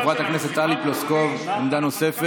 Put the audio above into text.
חברת הכנסת טלי פלוסקוב, עמדה נוספת.